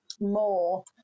more